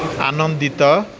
ଆନନ୍ଦିତ